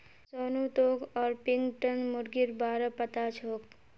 सोनू तोक ऑर्पिंगटन मुर्गीर बा र पता छोक